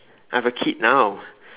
I have a kid now